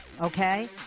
Okay